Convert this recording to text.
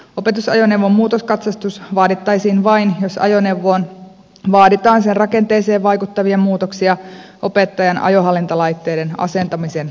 opetusajoneuvon muutoskatsastus vaadittaisiin vain jos ajoneuvoon vaaditaan sen rakenteeseen vaikuttavia muutoksia opettajan ajohallintalaitteiden asentamisen takia